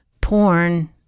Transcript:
porn